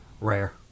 rare